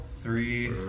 Three